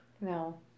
No